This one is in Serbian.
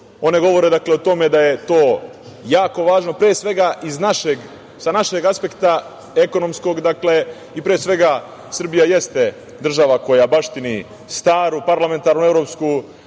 One govore o tome da je to jako važno, pre svega sa našeg ekonomskog aspekta. I pre svega, Srbija jeste država koja baštini staru parlamentarnu evropsku